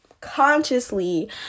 consciously